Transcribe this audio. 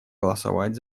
голосовать